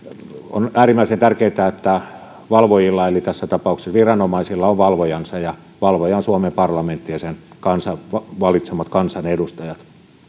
on äärimmäisen tärkeätä että valvojilla eli tässä tapauksessa viranomaisilla on valvojansa ja valvoja on suomen parlamentti ja sen kansan valitsemat kansanedustajat